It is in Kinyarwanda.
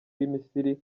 misiri